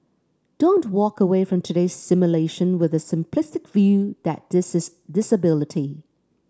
don't walk away from today's simulation with the simplistic view that this is disability